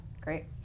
great